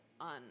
on